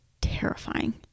terrifying